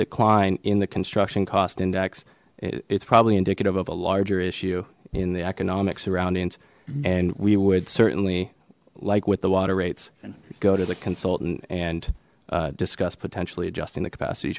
decline in the construction cost index it's probably indicative of a larger issue in the economic surroundings and we would certainly like with the water rates and go to the consultant and discuss potentially adjusting the capacity